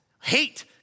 Hate